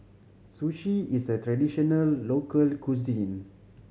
sushi is a traditional local cuisine